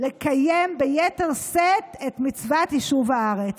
לקיים ביתר שאת את מצוות יישוב הארץ.